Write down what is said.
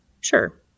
Sure